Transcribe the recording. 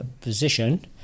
position